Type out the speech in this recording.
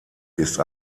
ist